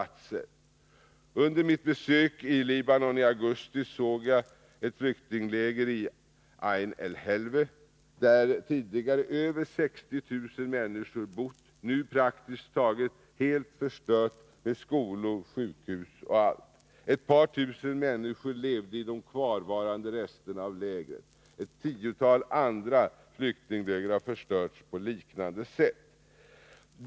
Under att förbättra situationen i Libanon att förbättra situationen i Libanon mitt besök i Libanon i augusti såg jag att ett flyktingläger i Ain-Elhelwe hade förstörts praktiskt taget helt, med skolor, sjukhus och allt. Tidigare hade mer än 60 000 människor bott i lägret. Ett par tusen människor levde i de kvarvarande resterna av lägret. Ett tiotal andra flyktingläger har förstörts på liknande sätt.